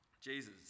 Jesus